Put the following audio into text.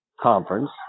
conference